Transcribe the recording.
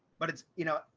but it's you know,